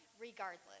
Regardless